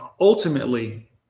ultimately